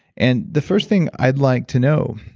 and the first thing i'd like to know,